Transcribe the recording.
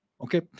Okay